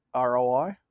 ROI